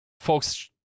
folks